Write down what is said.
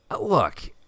Look